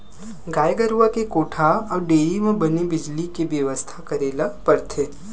गाय गरूवा के कोठा अउ डेयरी म बने बिजली के बेवस्था करे ल परथे